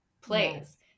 plays